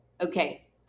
okay